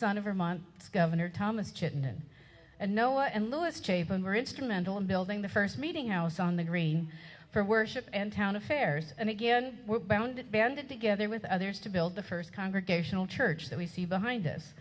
son of vermont governor thomas chittenden and noah and lewis chabon were instrumental in building the first meeting house on the green for worship and town affairs and again we're bound banded together with others to build the first congregational church that we see behind us